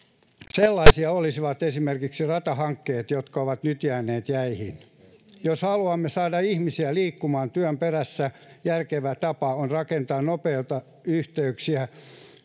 sellaisia olisivat esimerkiksi ratahankkeet jotka ovat nyt jääneet jäihin jos haluamme saada ihmisiä liikkumaan työn perässä järkevä tapa on rakentaa nopeita yhteyksiä